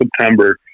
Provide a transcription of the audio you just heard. september